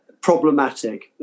problematic